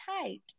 tight